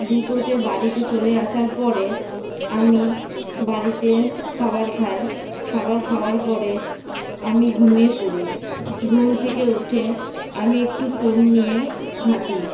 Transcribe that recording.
দুটোতে বাড়িতে চলে আসার পরে আমি বাড়িতে খাবার খাই খাবার খাওয়ার পরে আমি ঘুমিয়ে পরি ঘুম থেকে উঠে আমি একটু ফোন নিয়ে ঘাঁটি